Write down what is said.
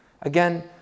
Again